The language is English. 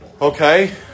okay